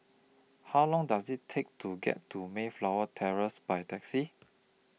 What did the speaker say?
How Long Does IT Take to get to Mayflower Terrace By Taxi